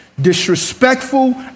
disrespectful